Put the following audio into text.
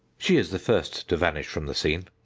she is the first to vanish from the scene.